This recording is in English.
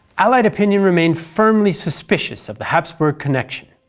allied opinion remained firmly suspicious of the habsburg connection.